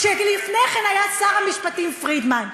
כשלפני כן היה שר המשפטים פרידמן.